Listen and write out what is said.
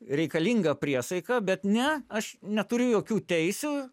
reikalingą priesaiką bet ne aš neturiu jokių teisių